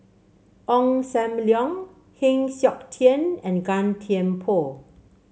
Ong Sam Leong Heng Siok Tian and Gan Thiam Poh